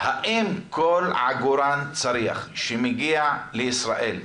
האם כל עגורן צריח שמגיע לישראל,